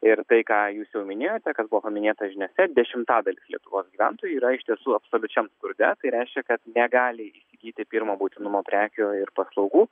ir tai ką jūs jau minėjote kas buvo paminėta žiniose dešimtadalis lietuvos gyventojų yra iš tiesų absoliučiam skurde tai reiškia kad negali įsigyti pirmo būtinumo prekių ir paslaugų